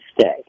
stay